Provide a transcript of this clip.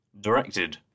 directed